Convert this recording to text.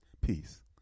Peace